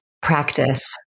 Practice